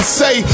say